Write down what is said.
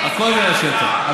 הכול זה היה שטח.